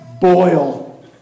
boil